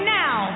now